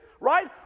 right